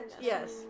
Yes